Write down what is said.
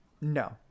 No